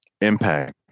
impact